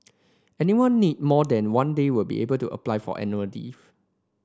anyone need more than one day will be able to apply for annual leave